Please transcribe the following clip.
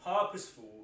purposeful